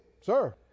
sir